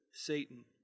Satan